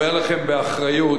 חברת הכנסת גלאון,